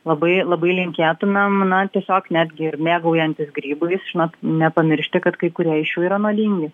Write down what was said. labai labai linkėtumėm na tiesiog netgi ir mėgaujantis grybais žinot nepamiršti kad kai kurie iš jų yra nuodingi